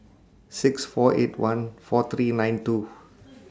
six four eight one four three nine two